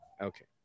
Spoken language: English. Okay